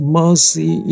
mercy